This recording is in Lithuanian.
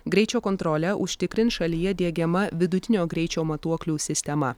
greičio kontrolę užtikrins šalyje diegiama vidutinio greičio matuoklių sistema